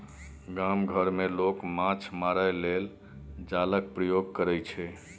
गाम घर मे लोक माछ मारय लेल जालक प्रयोग करय छै